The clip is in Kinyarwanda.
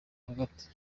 hagati